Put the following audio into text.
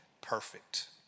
perfect